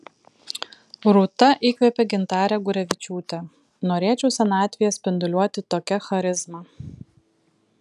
rūta įkvėpė gintarę gurevičiūtę norėčiau senatvėje spinduliuoti tokia charizma